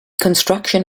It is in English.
construction